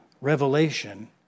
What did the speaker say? revelation